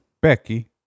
Becky